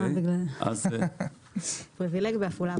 אתה פריבילג בעפולה.